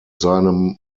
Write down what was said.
seinem